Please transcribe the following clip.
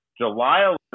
July